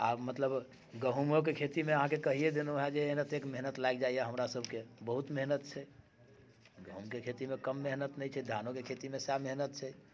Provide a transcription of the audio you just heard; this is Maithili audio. आओर मतलब गहुमोके खेतीमे अहाँके कहिये देलहुँ हँ जे एते मेहनत लागि जाइए हमरा सबके बहुत मेहनत छै गहुमके खेतीमे कम मेहनत नहि छै धानोके खेतीमे सएह मेहनत छै